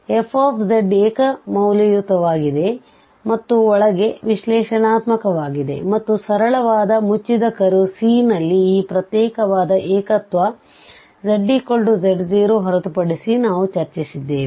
f ಏಕ ಮೌಲ್ಯಯುತವಾಗಿದೆಮತ್ತು ಒಳಗೆ ವಿಶ್ಲೇಶ್ಮಾತ್ಮಕವಾಗಿದೆ ಮತ್ತು ಸರಳವಾದ ಮುಚ್ಚಿದ ಕರ್ವ್ C ನಲ್ಲಿ ಈ ಪ್ರತ್ಯೇಕವಾದ ಏಕತ್ವ zz0 ಹೊರತುಪಡಿಸಿ ನಾವು ಚರ್ಚಿಸಿದ್ದೇವೆ